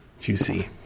juicy